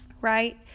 Right